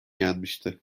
yenmişti